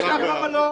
למה לא?